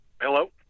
Hello